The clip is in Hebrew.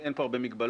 אין כאן הרבה מגבלות.